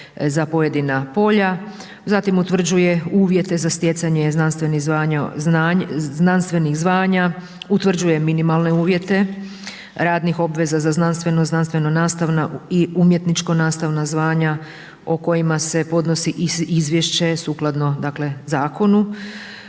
za pojedina polja, zatim utvrđuje uvjete za stjecanje znanstvenih zvanja, utvrđuje minimalne uvjete radnih obveza za znanstveno, znanstveno nastavna i umjetničko nastavna zvanja o kojima se podnosi izvješće sukladno dakle